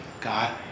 God